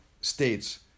states